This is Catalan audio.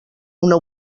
una